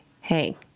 hey